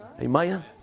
Amen